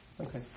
Okay